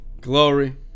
glory